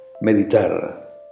Meditar